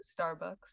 Starbucks